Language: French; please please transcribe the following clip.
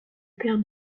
père